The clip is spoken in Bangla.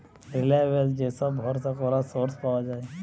রিলায়েবল যে সব ভরসা করা সোর্স পাওয়া যায়